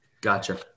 Gotcha